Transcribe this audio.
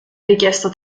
richiesto